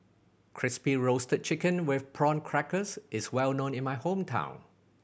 Crispy Roasted Chicken with Prawn Crackers is well known in my hometown